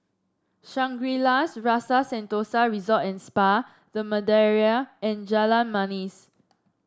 Shangri La's Rasa Sentosa Resort and Spa The Madeira and Jalan Manis